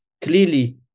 clearly